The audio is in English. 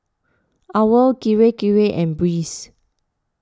Owl Kirei Kirei and Breeze